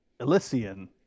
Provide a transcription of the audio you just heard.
Elysian